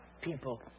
people